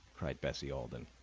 cried bessie alden.